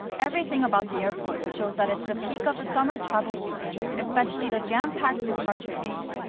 everything about the airport shows that it's the peak of the summer travel season, especially the jam-packed departure gate.